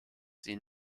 sie